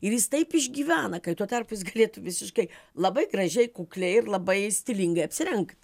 ir jis taip išgyvena kai tuo tarpu jis galėtų visiškai labai gražiai kukliai ir labai stilingai apsirengt